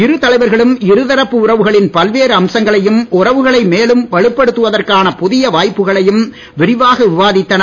இரு தலைவர்களும் இருதரப்பு உறவுகளின் பல்வேறு அம்சங்களையும் உறவுகளை மேலும் வலுப்படுத்துவதற்கான புதிய வாய்ப்புகளையும் விரிவாக விவாதித்தனர்